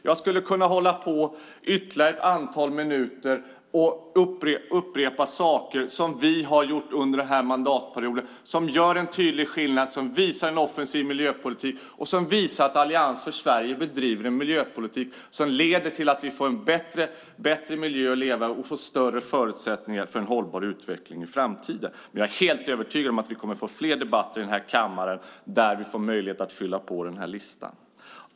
Jag skulle kunna hålla på ytterligare ett antal minuter och rada upp saker som vi har gjort under den här mandatperioden som gör en tydlig skillnad, som visar en offensiv miljöpolitik och som visar att Allians för Sverige bedriver en miljöpolitik som leder till att vi får en bättre miljö att leva i och större förutsättningar för en hållbar utveckling i framtiden. Jag är helt övertygad om att vi kommer att få fler debatter i den här kammaren där vi får möjlighet att fylla på listan.